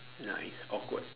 ya it's awkward